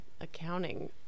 accounting